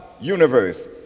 universe